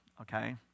okay